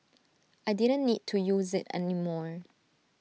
I didn't need to use IT any more